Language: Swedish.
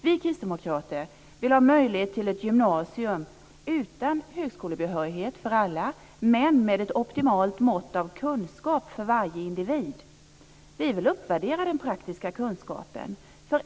Vi kristdemokrater vill ha möjlighet till ett gymnasium utan högskolebehörighet för alla, men med ett optimalt mått av kunskap för varje individ. Vi vill uppvärdera den praktiska kunskapen.